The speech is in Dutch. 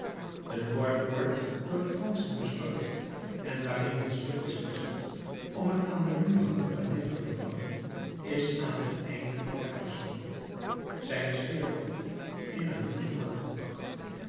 de noordpoort door de franschen bestormd en waarin een stuk is gezet om het aan den muur hangend paneel te vervangen is aan t einde van het grasveld zij is vierkant in een muur aangebracht